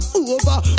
over